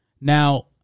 now